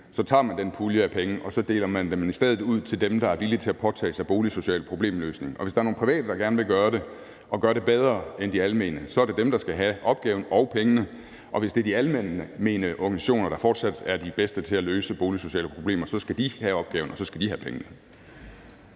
så tager den pulje af penge og deler dem ud til dem, der er villige til at påtage sig boligsocial problemløsning. Og hvis der er nogen private, der gerne vil gøre det, og som gør det bedre end de almene, så er det dem, der skal have opgaven og pengene, og hvis det er de almene organisationer, der fortsat er de bedste til at løse boligsociale problemer, så skal de have opgaven, og så skal de have pengene.